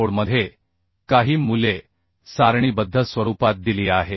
कोडमध्ये काही मूल्ये सारणीबद्ध स्वरूपात दिली आहेत